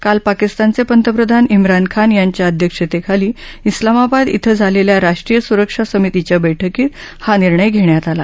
काल पाकिस्तानचे पंतप्रधान श्रानखान यांच्या अध्यक्षतेखाली उलामाबाद क्रिं झालेल्या राष्ट्रीय सुरक्षा समितीच्या बैठकीत हा निर्णय घेण्यात आला